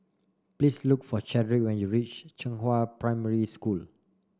please look for Chadrick when you reach Zhenghua Primary School